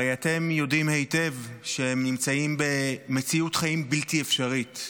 הרי אתם יודעים היטב שהם נמצאים במציאות חיים בלתי אפשרית.